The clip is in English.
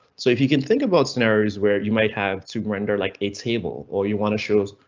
so if you can think about scenarios where you might have to render like a table or you want to show.